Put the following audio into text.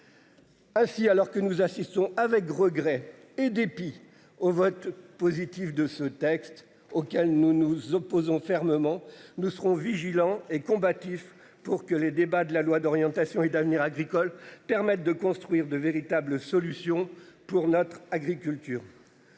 Ainsi, alors que nous assistons avec regret et dépit au vote positif de ce texte auquel nous nous opposons fermement. Nous serons vigilants et combatifs. Pour que les débats de la loi d'orientation et d'avenir agricole permettent de construire de véritables solutions pour notre agriculture.